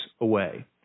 away